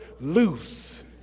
loose